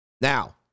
Now